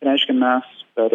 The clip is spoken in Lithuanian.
reiškia mes per